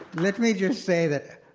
let me just say that,